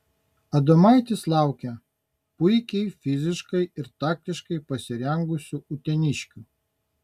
adomaitis laukia puikiai fiziškai ir taktiškai pasirengusių uteniškių